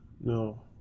No